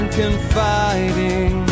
confiding